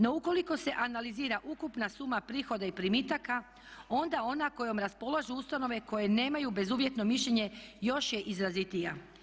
No ukoliko se analizira ukupna suma prihoda i primitaka onda ona kojom raspolažu ustanove koje nemaju bezuvjetno mišljenje još je izrazitija.